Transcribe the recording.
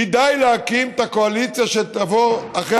כדאי להקים את הקואליציה שתבוא אחרי